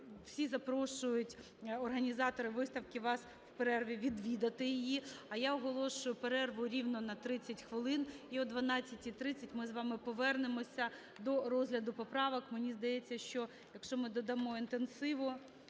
всі запрошують, організатори виставки, вас в перерві відвідати її. А я оголошую перерву рівно на 30 хвилин. І о 12:30 ми з вами повернемося до розгляду поправок. Мені здається, якщо ми додамо інтенсивну,